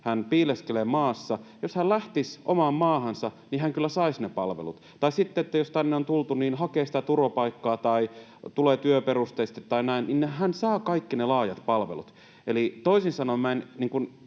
Hän piileskelee maassa. Jos hän lähtisi omaan maahansa, niin hän kyllä saisi ne palvelut. Tai sitten jos tänne on tullut, hakee sitä turvapaikkaa tai tulee työperusteisesti tai näin, niin hän saa kaikki ne laajat palvelut. Eli toisin sanoen